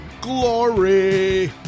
glory